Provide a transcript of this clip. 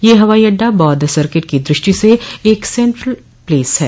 यह हवाई अड्डा बौद्ध सर्किट की दृष्टि से एक सेन्ट्रल प्लेस है